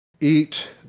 eat